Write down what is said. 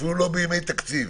אפילו לא בימי תקציב.